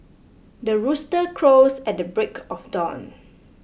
the rooster crows at the break of dawn